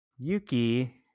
Yuki